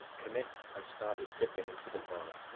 commit and start your tip in into the corner,